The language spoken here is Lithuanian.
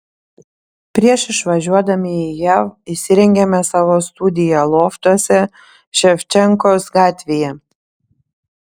prieš išvažiuodami į jav įsirengėme savo studiją loftuose ševčenkos gatvėje